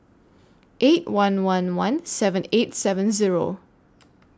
eight one one one seven eight seven Zero